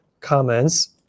Comments